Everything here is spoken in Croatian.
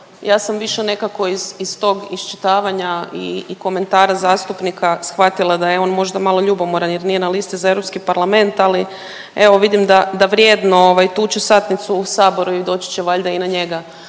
Ja sam više nekako iz tog iščitavanja i komentara zastupnika shvatila da je on možda malo ljubomoran jer nije na listi za Europski parlament, ali evo vidim da vrijedno ovaj tuče satnicu u saboru i doći će valjda i na njega